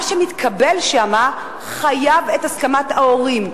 מה שמתקבל שם מחייב את הסכמת ההורים,